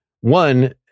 one